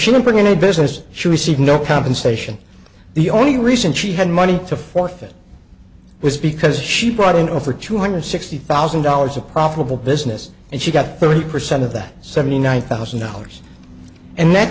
shouldn't bring in a business she received no compensation the only reason she had money to forfeit it was because she brought in over two hundred sixty thousand dollars a profitable business and she got thirty percent of that seventy nine thousand dollars and that